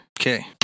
Okay